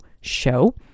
show